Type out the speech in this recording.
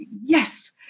yes